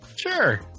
Sure